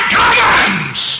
commons